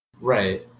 right